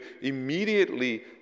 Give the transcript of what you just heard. immediately